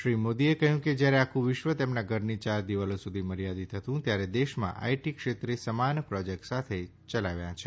શ્રી મોદીએ કહ્યું કે જ્યારે આખું વિશ્વ તેમના ઘરની ચાર દિવાલો સુધી મર્યાદિત હતું ત્યારે દેશમાં આઇટી ક્ષેત્રે સમાન પ્રોજેક્ટ્સ સાથે ચલાવ્યા છે